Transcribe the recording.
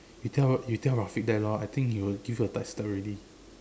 you tell you tell Rafiq that loh I think he will give a tight slap already